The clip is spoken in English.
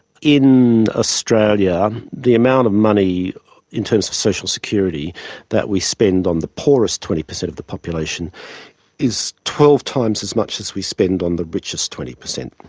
in australia the amount of money in terms of social security that we spend on the poorest twenty per cent of the population is twelve times as much as we spend on the richest twenty per cent.